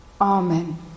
Amen